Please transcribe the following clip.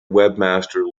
webmaster